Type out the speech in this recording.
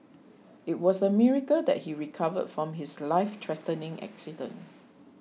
it was a miracle that he recovered from his life threatening accident